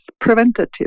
preventative